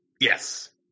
Yes